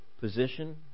position